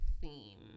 theme